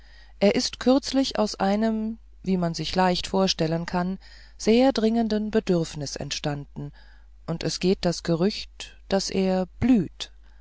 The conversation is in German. er ist kürzlich aus einem wie man sich leicht vorstellen kann sehr dringenden bedürfnis entstanden und es geht das gerücht daß er blüht